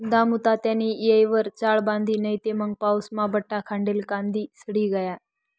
दामुतात्यानी येयवर चाळ बांधी नै मंग पाऊसमा बठा खांडेल कांदा सडी गया